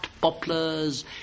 poplars